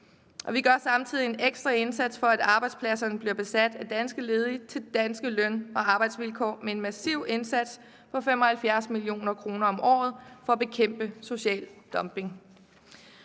Vi gør samtidig en ekstra indsats, for at arbejdspladserne bliver besat af danske ledige til danske løn- og arbejdsvilkår med en massiv indsats på 75 mio. kr. om året for at bekæmpe social dumping.